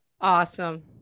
Awesome